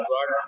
God